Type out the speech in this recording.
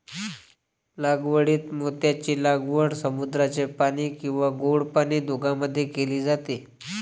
लागवडीत मोत्यांची लागवड समुद्राचे पाणी किंवा गोड पाणी दोघांमध्ये केली जाते